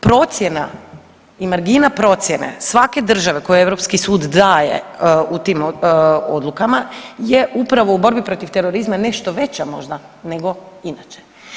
Procjena i margina procjene svake države koje Europski sud daje u tim odlukama je upravo u borbi protiv terorizma nešto veća možda nego inače.